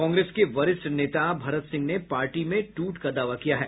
कांग्रेस के वरिष्ठ नेता भरत सिंह ने पार्टी में टूट का दावा किया है